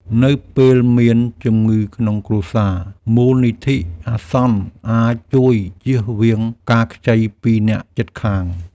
នៅពេលមានជំងឺក្នុងគ្រួសារ មូលនិធិអាសន្នអាចជួយជៀសវាងការខ្ចីពីអ្នកជិតខាង។